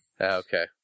Okay